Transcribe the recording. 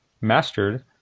mastered